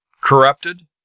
corrupted